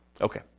Okay